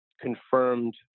confirmed